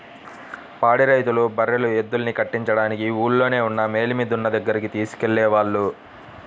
పాడి రైతులు బర్రెలు, ఎద్దుల్ని కట్టించడానికి ఊల్లోనే ఉన్న మేలిమి దున్న దగ్గరికి తీసుకెళ్ళేవాళ్ళు